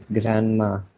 grandma